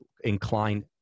inclined